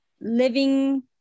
living